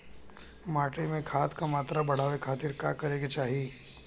माटी में खाद क मात्रा बढ़ावे खातिर का करे के चाहीं?